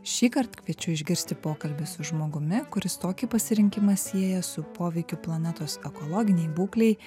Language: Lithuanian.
šįkart kviečiu išgirsti pokalbį su žmogumi kuris tokį pasirinkimą sieja su poveikiu planetos ekologinei būklei